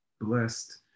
blessed